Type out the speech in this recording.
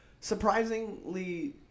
surprisingly